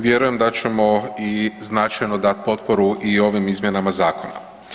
Vjerujem da ćemo i značajno dati potporu i ovim izmjenama Zakona.